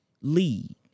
lead